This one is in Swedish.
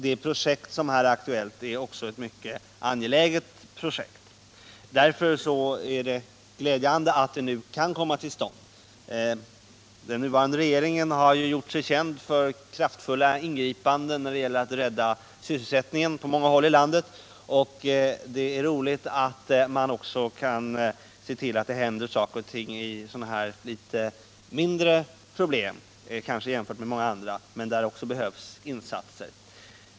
Det projekt som här är aktuellt är mycket angeläget, och därför är det glädjande att det nu kan komma till stånd. Den nuvarande regeringen har ju gjort sig känd för kraftfulla ingripanden när det gäller att rädda sysselsättningen på många håll i landet. Det är roligt att den också kan se till att det görs något även åt sådana här jämfört med många andra kanske litet mindre problem, som emellertid också kräver insatser.